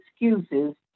excuses